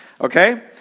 Okay